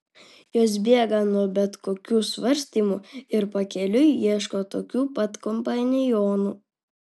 jos bėga nuo bet kokių svarstymų ir pakeliui ieško tokių pat kompanionų